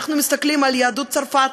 אנחנו מסתכלים על יהדות צרפת,